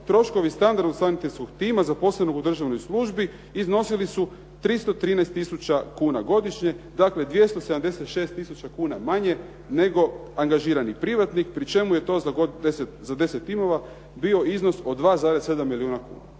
razumije./ … sanitetskog tima zaposlenog u državnoj službi iznosili su 313 tisuća kuna godišnje, dakle 276 tisuća kuna manje nego angažirani privatnik pri čemu je to za 10 timova bio iznos od 2,7 milijuna kuna.